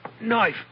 Knife